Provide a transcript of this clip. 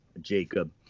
Jacob